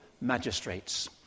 magistrates